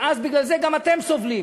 ואז, בגלל זה גם אתם סובלים.